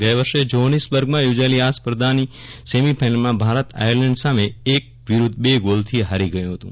ગયે વર્ષે જોહાનીસબર્ગમાં યોજાયેલી આ સ્પર્ધાની સેમીફાઇનલમાં ભારત આર્યલેન્ડ સામે એક વિરૂદ્વ બે ગોલથી હારી ગયું હતું